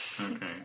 Okay